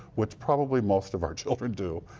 which probably most of our children do,